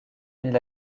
mille